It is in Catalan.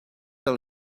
del